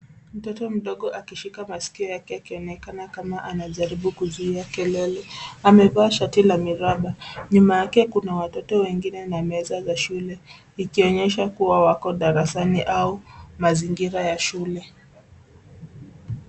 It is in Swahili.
Mtoto mdogo akishika maskio yake akionekana kama anajaribu kuzuia kelele. Amevaa shati la miraba. Nyuma yake kuna watoto wengine na meza za shule ikionyesha kuwa wako darasani au mazingira ya shule.